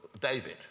David